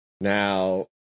Now